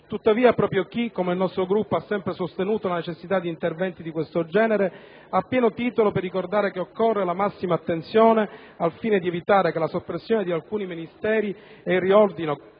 Tuttavia, proprio chi come il nostro Gruppo ha sempre sostenuto la necessità di interventi di questo genere ha pieno titolo per ricordare che occorre la massima attenzione, al fine di evitare che la soppressione di alcuni Ministeri ed il riordino